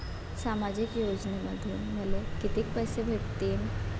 सामाजिक योजनेमंधून मले कितीक पैसे भेटतीनं?